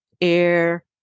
air